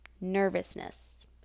nervousness